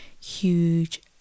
huge